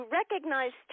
recognize